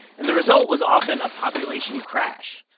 and the result was often a population crash.